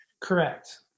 Correct